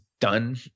done